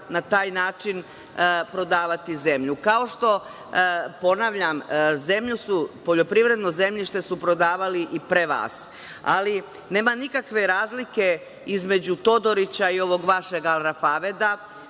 na taj način prodavati zemlju, kao što su, ponavljam, poljoprivredno zemljište prodavali i pre vas. Nema nikakve razlike između Todorića i ovog vašeg „Al Rafaveda“.